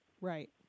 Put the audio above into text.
Right